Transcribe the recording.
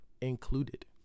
included